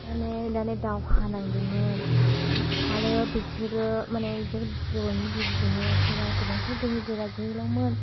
माने दावहा नांदोंमोन आरो बिसोरो माने बिसोरो बर'नि बिर जोहोलावफोरा गोबांथार गोहो गोरा जोहोलावमोन